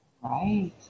Right